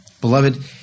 Beloved